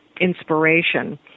inspiration